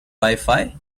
wifi